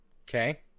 Okay